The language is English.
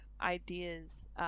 ideas